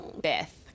Beth